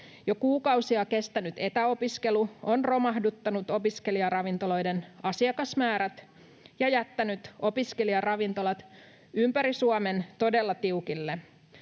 Jo kuukausia kestänyt etäopiskelu on romahduttanut opiskelijaravintoloiden asiakasmäärät ja jättänyt opiskelijaravintolat ympäri Suomen todella tiukille.